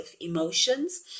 emotions